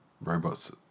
Robots